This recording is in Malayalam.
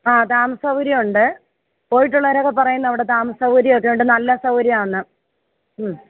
ആഹ് താമസ സൗകര്യം ഉണ്ട് പോയിട്ടുലൊരൊക്കെ പറയുന്നു അവിടെ താമസ സൗകര്യം ഒക്കെ ഉണ്ട് നല്ല സൗകര്യം ആന്ന്